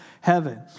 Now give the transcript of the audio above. heaven